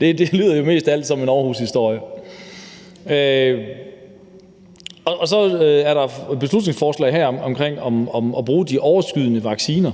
det lyder jo mest af alt som en Aarhushistorie. Så er der et beslutningsforslag her om at bruge de overskydende vacciner,